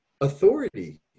authority